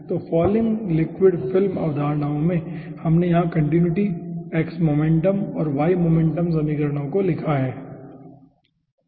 तो falling liquid film अवधारणाओं में हमने यहां कंटीन्यूटी x मोमेंटम और y मोमेंटम समीकरणों को क्रमशः लिखा है ठीक है